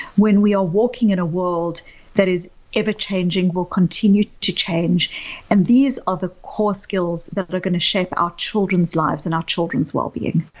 when we are walking in a world that is ever changing, will continue to change and these are the core skills that that are going to shape our children's lives and our children's well being.